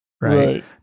Right